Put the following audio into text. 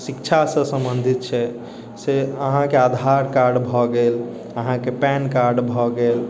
शिक्षासँ सम्बन्धित छै से अहाँकेँ आधार कार्ड भए गेल अहाँके पेन कार्ड भए गेल